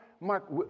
Mark